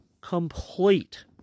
complete